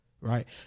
right